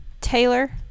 Taylor